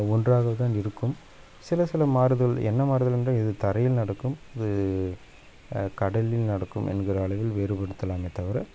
ஒன்றாக தான் இருக்கும் சில சில மாறுதல் என்ன மாறுதல் என்றால் இது தரையில் நடக்கும் இது கடலில் நடக்கும் என்கிற அளவில் வேறுபடுத்தலாமே தவிர